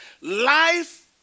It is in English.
Life